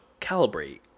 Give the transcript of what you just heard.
calibrate